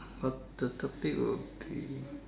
uh the topic will be